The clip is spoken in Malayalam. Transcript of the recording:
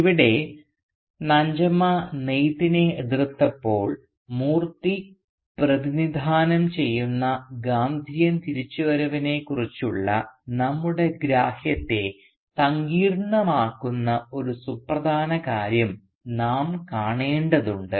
ഇവിടെ നഞ്ചമ്മ നെയ്ത്തിനെ എതിർത്തപ്പോൾ മൂർത്തി പ്രതിനിധാനം ചെയ്യുന്ന ഗാന്ധിയൻ തിരിച്ചുവരവിനെക്കുറിച്ചുള്ള നമ്മുടെ ഗ്രാഹ്യത്തെ സങ്കീർണ്ണമാക്കുന്ന ഒരു സുപ്രധാന കാര്യം നാം കാണേണ്ടതുണ്ട്